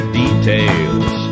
details